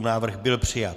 Návrh byl přijat.